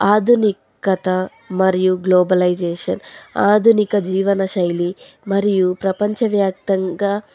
ఆధునికత మరియు గ్లోబలైజేషన్ ఆధునిక జీవన శైలి మరియు ప్రపంచవ్యాప్తంగా